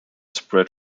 spread